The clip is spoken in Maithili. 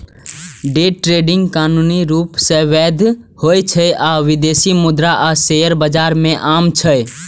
डे ट्रेडिंग कानूनी रूप सं वैध होइ छै आ विदेशी मुद्रा आ शेयर बाजार मे आम छै